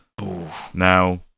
Now